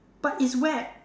but it's wet